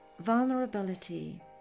vulnerability